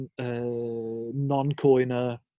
non-coiner